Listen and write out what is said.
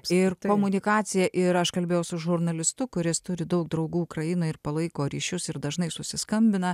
ir komunikacija ir aš kalbėjau su žurnalistu kuris turi daug draugų ukrainoj ir palaiko ryšius ir dažnai susiskambina